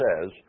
says